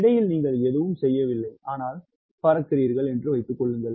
இடையில் நீங்கள் எதுவும் செய்யவில்லை ஆனால் பறக்கிறீர்கள் என்று வைத்துக் கொள்ளுங்கள்